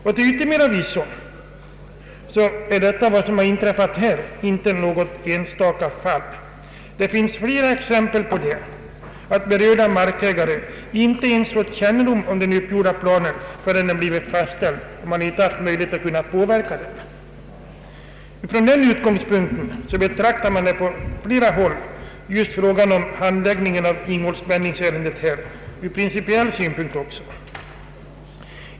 Dessutom är det som inträffat här inte något enstaka fall. Det finns flera exempel på att berörda markägare inte ens fått kännedom om den uppgjorda planen förrän den blivit fastställd, varför man inte haft möjlighet att påverka den. Man kan alltså betrakta frågan om Ingolsbennings bys framtid även från principiell synpunkt.